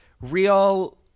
real